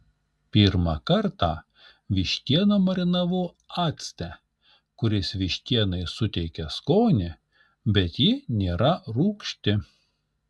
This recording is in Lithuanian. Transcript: pirmą kartą vištieną marinavau acte kuris vištienai suteikia skonį bet ji nėra rūgšti